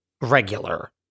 regular